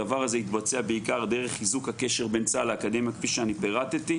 הדבר הזה יתבצע בעיקר דרך חיזוק הקשר בין צה"ל לאקדמיה כפי שאני פירטתי.